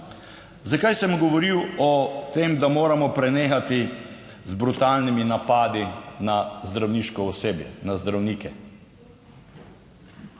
Zakaj sem govoril o tem, da moramo prenehati z brutalnimi napadi na zdravniško osebje, na zdravnike?